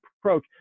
approach